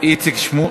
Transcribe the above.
אין נמנעים,